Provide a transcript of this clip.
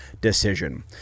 decision